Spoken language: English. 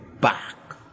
back